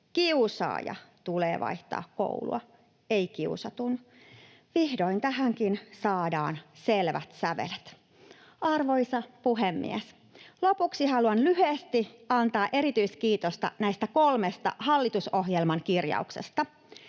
kiusaajan tulee vaihtaa koulua, ei kiusatun. Vihdoin tähänkin saadaan selvät sävelet. Arvoisa puhemies! Lopuksi haluan lyhyesti antaa erityiskiitosta näistä kolmesta hallitusohjelman kirjauksesta: